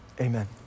Amen